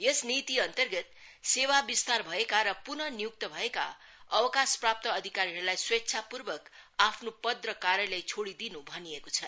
यस नीतिअन्तर्गत सेवा विस्तार भएका र पुनः नियुक्त भएका अवकाशप्राप्त अधिकारीहरूलाई स्वेच्छापूर्वक आफ्नो पद र कार्यालय छोडिदिन् भनिएको छ